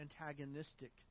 antagonistic